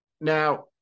Now